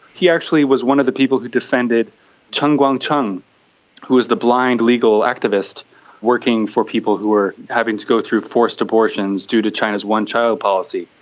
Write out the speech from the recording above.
he actually was one of the people who defended chen guangcheng who was the blind legal activist working for people who were having to go through forced abortions due to china's one-child policy,